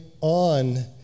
on